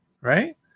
right